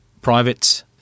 private